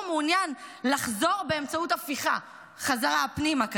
מעוניין לחזור באמצעות הפיכה בחזרה פנימה.